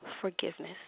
forgiveness